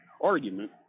argument